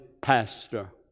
pastor